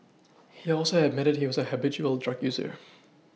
he also admitted he was a habitual drug user